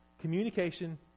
Communication